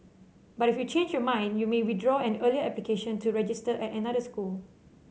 but if you change your mind you may withdraw an earlier application to register at another school